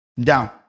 Down